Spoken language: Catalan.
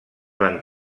van